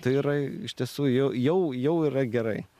tai yra iš tiesų jau jau yra gerai